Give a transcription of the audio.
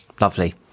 lovely